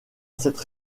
cette